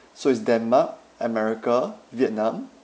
so it's denmark america vietnam